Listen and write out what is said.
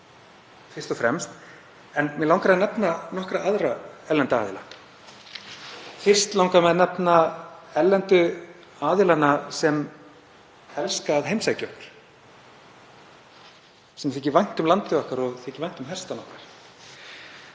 fyrst og fremst. En mig langar að nefna nokkra aðra erlenda aðila. Fyrst langar mig að nefna erlendu aðilana sem elska að heimsækja okkur, sem þykir vænt um landið okkar og þykir vænt um hestana okkar.